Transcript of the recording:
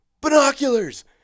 binoculars